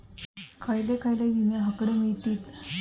खयले खयले विमे हकडे मिळतीत?